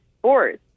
sports